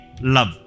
love